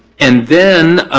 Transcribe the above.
and then,